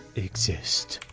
exist.